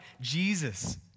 Jesus